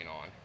on